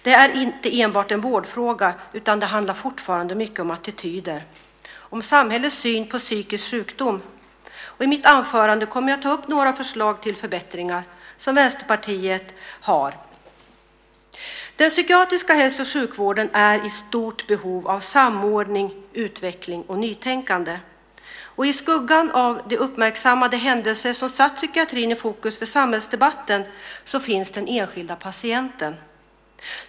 Det är inte enbart en vårdfråga, utan det handlar fortfarande mycket om attityder, om samhällets syn på psykisk sjukdom. I mitt anförande kommer jag att ta upp några förslag till förbättringar som Vänsterpartiet har. Den psykiatriska hälso och sjukvården är i stort behov av samordning, utveckling och nytänkande. I skuggan av de uppmärksammade händelser som satt psykiatrin i fokus för samhällsdebatten finns den enskilda patienten.